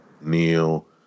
neil